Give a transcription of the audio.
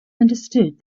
understood